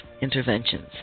Interventions